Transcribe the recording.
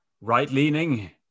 right-leaning